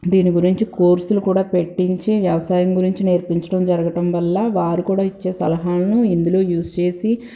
దీని గురించి కోర్సులు కూడా పెట్టించి వ్యవసాయం గురించి నేర్పించటం జరగటం వల్ల కూడా వారు కూడా ఇచ్చే సలహాను ఇందులో యూస్ చేసి